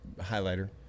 highlighter